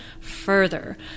further